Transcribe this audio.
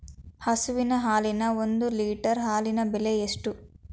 ಹಸುವಿನ ಹಾಲಿನ ಒಂದು ಲೀಟರ್ ಹಾಲಿನ ಬೆಲೆ ಎಷ್ಟು?